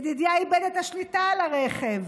ידידיה איבד את השליטה על הרכב.